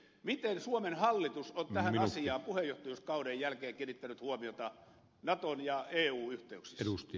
miten suomen hallitus on tähän asiaan puheenjohtajuuskauden jälkeen kiinnittänyt huomiota naton ja eun yhteyksissä